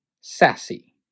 Sassy